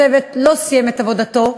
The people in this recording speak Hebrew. הצוות לא סיים את עבודתו,